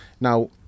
now